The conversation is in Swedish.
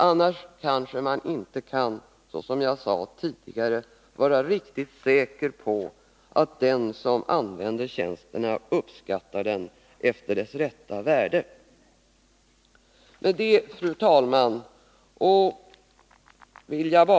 Annars kanske man, som jag tidigare sade, inte kan vara riktigt säker på att den som använder tjänsten uppskattar den efter dess rätta värde. Fru talman!